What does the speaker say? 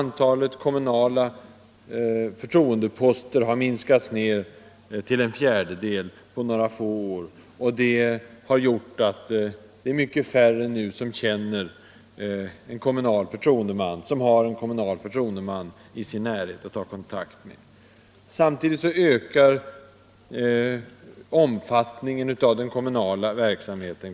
Antalet kommunala förtroendeposter har skurits ner till en fjärdedel på några få år, och det har gjort att det nu är mycket färre personer som känner en kommunal förtroendeman eller som har en sådan i sin närhet. Samtidigt ökar omfattningen av den kommunala verksamheten.